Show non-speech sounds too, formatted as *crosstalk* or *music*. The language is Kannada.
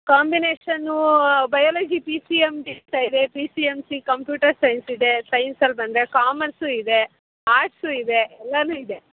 combination biology P C M B *unintelligible* ಇದೆ P C M C computer science ಇದೆ ಸೈನ್ಸಲ್ಲಿ ಬಂದರೆ ಕಾಮರ್ಸೂ ಇದೆ ಆರ್ಟ್ಸೂ ಇದೆ ಎಲ್ಲಾ ಇದೆ